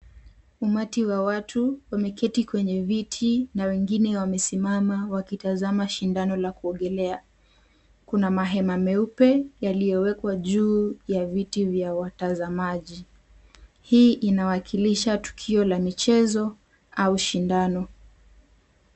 Umati wa watu umeketi kwenye viti na wengine wamesimama wakitazama shindano la kuogelea. Kuna mahema meupe yaliyoekwa juu ya viti vya watazamaji. Hii inawakilisha tukio la michezo au shindano.